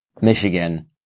Michigan